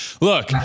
Look